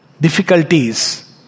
difficulties